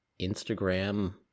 instagram